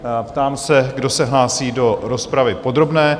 Ptám se, kdo se hlásí do rozpravy podrobné?